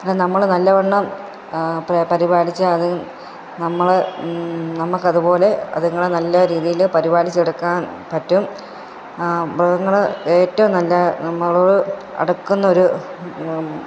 അത് നമ്മൾ നല്ലവണ്ണം പരിപാലിച്ചു അതിൽ നമ്മൾ നമുക്ക് അതുപോലെ അതിങ്ങളെ നല്ല രീതിയിൽ പരിപാലിച്ചെടുക്കാൻ പറ്റും മൃഗങ്ങൾ ഏറ്റവും നല്ല നമ്മളോട് അടക്കുന്നൊരു